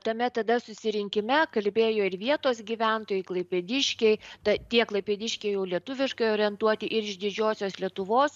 tame tada susirinkime kalbėjo ir vietos gyventojai klaipėdiškiai ta tie klaipėdiškiai jau lietuviškai orientuoti ir iš didžiosios lietuvos